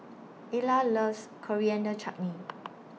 Ilah loves Coriander Chutney